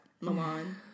Milan